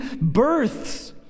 births